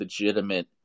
legitimate